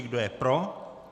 Kdo je pro?